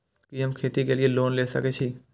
कि हम खेती के लिऐ लोन ले सके छी?